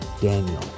Daniel